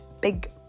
big